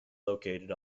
located